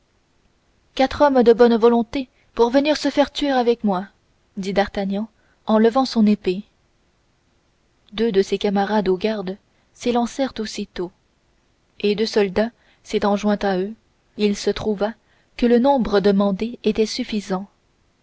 quatre hommes de bonne volonté pour venir se faire tuer avec moi dit d'artagnan en levant son épée deux de ses camarades aux gardes s'élancèrent aussitôt et deux soldats s'étant joints à eux il se trouva que le nombre demandé était suffisant